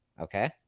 Okay